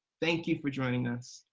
thank you for joining us.